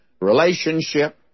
relationship